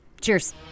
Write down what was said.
Cheers